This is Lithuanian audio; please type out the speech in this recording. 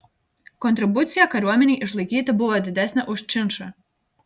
kontribucija kariuomenei išlaikyti buvo didesnė už činšą